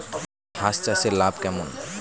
হাঁস চাষে লাভ কেমন?